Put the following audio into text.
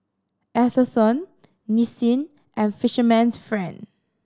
Atherton Nissin and Fisherman's Friend